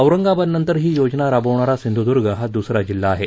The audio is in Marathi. औरंगाबादनंतर ही योजना राबवणारा सिंधुदुर्ग हा दुसरा जिल्हा आहे